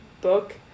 book